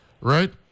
right